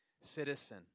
citizen